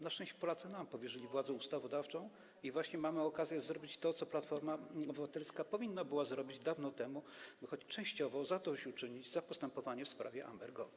Na szczęście Polacy nam powierzyli władzę ustawodawczą i właśnie mamy okazję zrobić to, co Platforma Obywatelska powinna była zrobić dawno temu, by choć częściowo zadośćuczynić za postępowanie w sprawie Amber Gold.